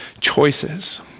choices